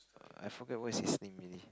I forget what's his name already